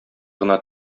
гына